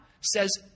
says